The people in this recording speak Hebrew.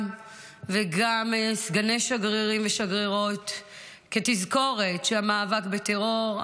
וגם סגני שגרירים ושגרירות כתזכורת שהמאבק בטרור,